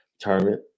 tournament